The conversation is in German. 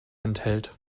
enthält